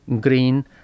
green